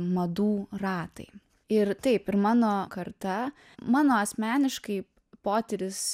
madų ratai ir taip ir mano karta mano asmeniškai potyris